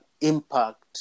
impact